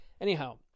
Anyhow